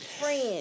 friends